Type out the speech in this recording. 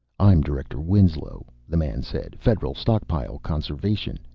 i'm director winslow, the man said. federal stockpile conservation.